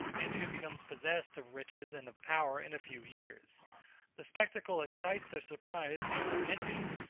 and who becomes possessed of riches and of power in a few years the spectacle excites their surprise and their envy,